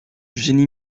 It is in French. génie